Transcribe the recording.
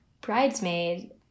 bridesmaid